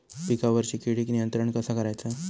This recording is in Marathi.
पिकावरची किडीक नियंत्रण कसा करायचा?